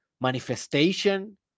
manifestation